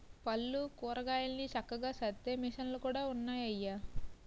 పళ్ళు, కూరగాయలన్ని చక్కగా సద్దే మిసన్లు కూడా ఉన్నాయయ్య